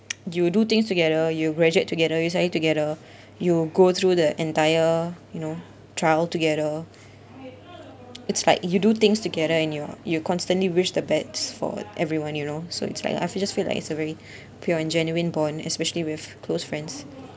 you do things together you graduate together you study together you go through the entire you know trial together it's like you do things together in your you constantly wish the best for everyone you know so it's like I feel just feel like it's a very pure and genuine bond especially with close friends